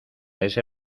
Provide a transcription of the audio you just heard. ese